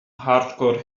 hardcore